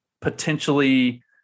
potentially